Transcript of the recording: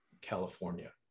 california